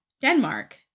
Denmark